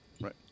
Right